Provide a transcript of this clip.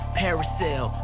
parasail